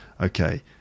okay